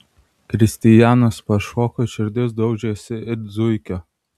kristijanas pašoko širdis daužėsi it zuikio